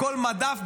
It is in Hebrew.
בכל מדף,